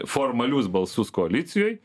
formalius balsus koalicijoj